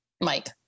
Mike